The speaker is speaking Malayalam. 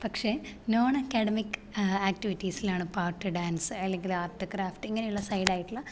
പക്ഷേ നോൺഅക്കാഡമിക് ആക്ടിവിറ്റീസിലാണ് പാട്ട് ഡാൻസ് അല്ലെങ്കിൽ ആർട്ട് ക്രാഫ്റ്റ് ഇങ്ങനെയുള്ള സൈഡായിട്ടുള്ള